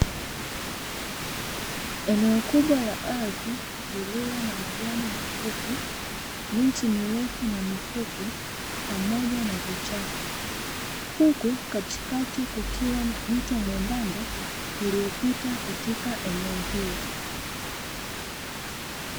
Eneo kubwa la ardhi lililo na majani mafupi, miti mirefu na mifupi, pamoja na vichaka huku katikati kukiwa na mto mwembamba uliopita katika eneo hilo.